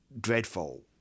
dreadful